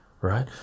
right